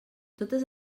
totes